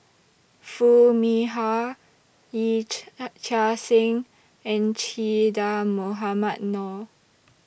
Foo Mee Har Yee Chia Hsing and Che Dah Mohamed Noor